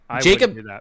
Jacob